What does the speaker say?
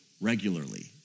regularly